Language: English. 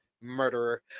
murderer